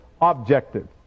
objective